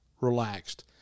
relaxed